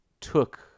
took